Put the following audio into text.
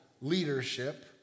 leadership